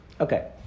Okay